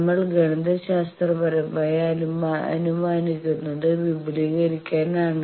നമ്മൾ ഗണിതശാസ്ത്രപരമായി അനുമാനിക്കുന്നത് വിപുലീകരിക്കാനാണ്